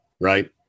right